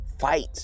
fight